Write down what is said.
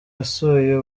yasuye